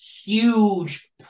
huge